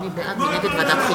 את מה את מעלה להצבעה?